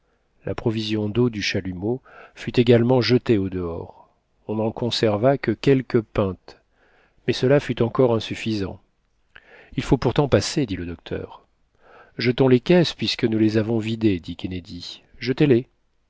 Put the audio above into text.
la provision d'eau du chalumeau fut également jetée au dehors on n'en conserva que quelques pintes mais cela fut encore insuffisant il faut pourtant passer dit le docteur jetons les caisses puisque nous les avons vidées dit